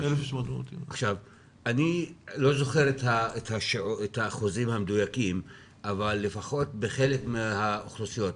1,600. אני לא זוכר את האחוזים המדויקים אבל לפחות בחלק מהאוכלוסיות,